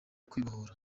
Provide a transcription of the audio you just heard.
kwibohora